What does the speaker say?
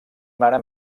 mare